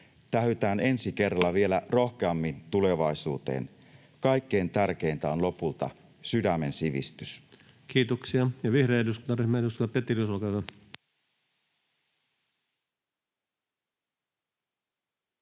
vielä rohkeammin tulevaisuuteen. Kaikkein tärkeintä on lopulta sydämen sivistys. [Speech